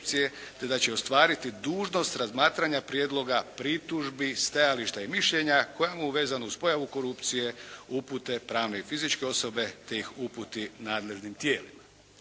te da će ostvariti dužnost razmatranja prijedloga pritužbi, stajališta i mišljenja koja mu vezano uz pojavu korupcije upute pravne i fizičke osobe, te ih uputi nadležnim tijelima.